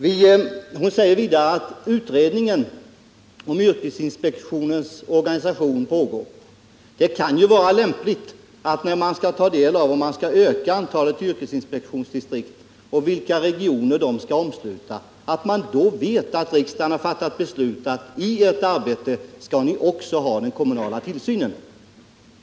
Vidare säger Kersti Swartz att utredningen om yrkesinspektionens organisation pågår. Det kan ju vara lämpligt att man, när man skall ta ställning till om man skall öka antalet yrkesinspektionsdistrikt och vilka regioner de skall omsluta, vet att riksdagen har fattat beslut om att i arbetet skall också den kommunala tillsynen ingå.